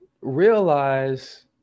realize